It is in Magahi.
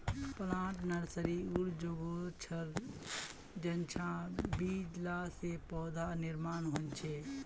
प्लांट नर्सरी उर जोगोह छर जेंछां बीज ला से पौधार निर्माण होछे